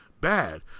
bad